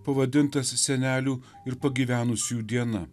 pavadintas senelių ir pagyvenusiųjų diena